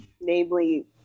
namely